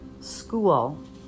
school